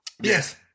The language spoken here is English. Yes